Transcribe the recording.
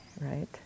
right